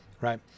right